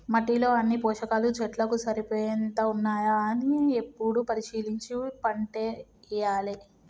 మట్టిలో అన్ని పోషకాలు చెట్లకు సరిపోయేంత ఉన్నాయా అని ఎప్పుడు పరిశీలించి పంటేయాలే